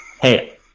Hey